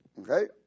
Okay